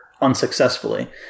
unsuccessfully